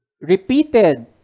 repeated